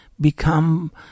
become